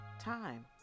time